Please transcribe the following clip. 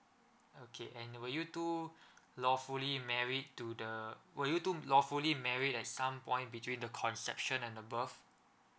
okay and would you do lawfully married to the would you do lawfully married at some point between the conception and above